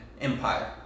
empire